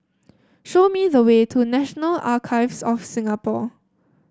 show me the way to National Archives of Singapore